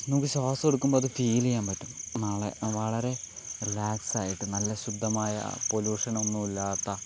നമുക്ക് ശ്വാസം എടുക്കുമ്പോൾ അത് ഫീല് ചെയ്യാൻ പറ്റും നാളെ വളരെ റിലാക്സായിട്ട് നല്ല ശുദ്ധമായ പൊല്യൂഷനൊന്നും ഇല്ലാത്ത